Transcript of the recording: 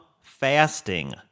fasting